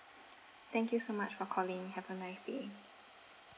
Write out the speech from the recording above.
thank you so much for calling have a nice day